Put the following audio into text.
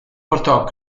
portò